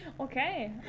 Okay